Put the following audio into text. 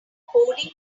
coding